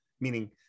meaning